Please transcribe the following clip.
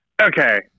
okay